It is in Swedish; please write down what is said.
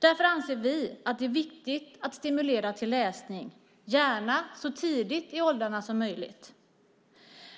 Därför anser vi att det är viktigt att stimulera till läsning, gärna så tidigt i åldrarna som möjligt.